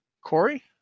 Corey